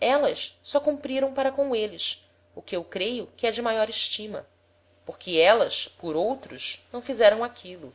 élas só cumpriram para com êles o que eu creio que é de maior estima porque élas por outros não fizeram aquilo